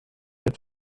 als